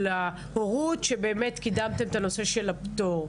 ההורות שבאמת קידמתן את הנושא של הפטור.